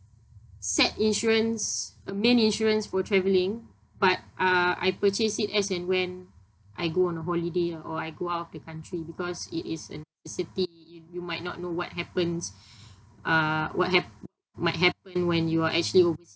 set insurance um main insurance for travelling but uh I purchase it as and when I go on a holiday or I go out of the country because it is a you might not know what happens uh what ha~ might happen when you are actually overseas